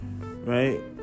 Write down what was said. right